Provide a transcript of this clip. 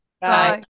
Bye